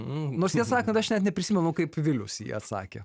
nors tiesą sakant aš net neprisimenu kaip vilius jį atsakė